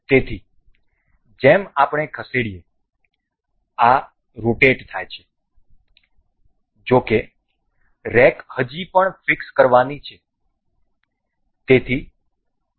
તેથી જેમ આપણે ખસેડીએ આ રોટેટ થાય છે જો કે રેક હજી પણ ફીક્સ કરવાની છે